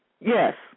Yes